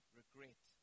regret